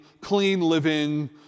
clean-living